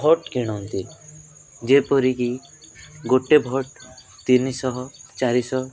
vote କିଣନ୍ତି ଯେପରି କି ଗୋଟେ ଭୋଟ୍ ତିନିଶହ ଚାରିଶହ